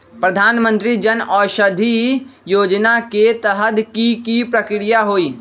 प्रधानमंत्री जन औषधि योजना के तहत की की प्रक्रिया होई?